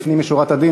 לפנים משורת הדין,